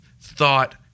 thought